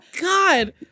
God